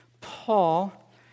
Paul